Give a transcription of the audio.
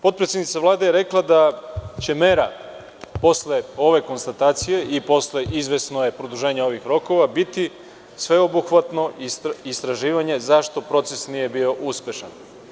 Potpredsednica Vlade je rekla da će mera posle ove konstatacije i posle, izvesno je, produženje ovih rokova, biti sveobuhvatno istraživanje zašto proces nije bio uspešan.